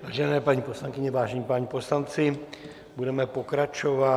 Vážené paní poslankyně, vážení páni poslanci, budeme pokračovat.